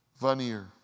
Vanier